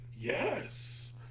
Yes